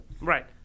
Right